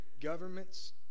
governments